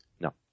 No